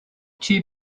cheap